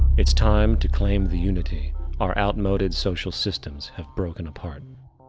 it's time to claim the unity our outmoded social systems have broken apart,